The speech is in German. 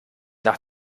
nach